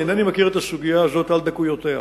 אינני מכיר את הסוגיה הזאת על דקויותיה.